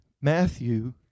Matthew